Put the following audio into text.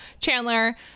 Chandler